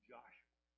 Joshua